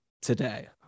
today